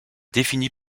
définis